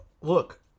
look